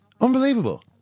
Unbelievable